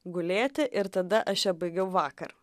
gulėti ir tada aš ją baigiau vakar